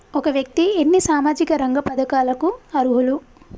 ఒక వ్యక్తి ఎన్ని సామాజిక రంగ పథకాలకు అర్హులు?